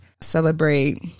celebrate